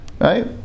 right